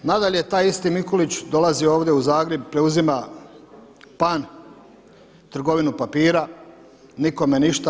Nadalje, taj isti Mikulić dolazi ovdje u Zagreb i preuzima Pan, trgovinu papira, nikome ništa.